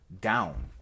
down